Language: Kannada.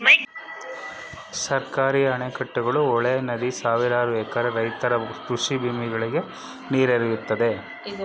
ಸರ್ಕಾರಿ ಅಣೆಕಟ್ಟುಗಳು, ಹೊಳೆ, ನದಿ ಸಾವಿರಾರು ಎಕರೆ ರೈತರ ಕೃಷಿ ಭೂಮಿಗಳಿಗೆ ನೀರೆರೆಯುತ್ತದೆ